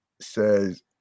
says